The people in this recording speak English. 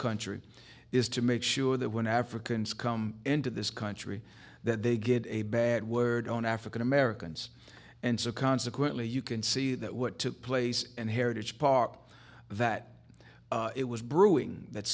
country is to make sure that when africans come into this country that they get a bad word on african americans and so consequently you can see that what took place and heritage park that it was brewing that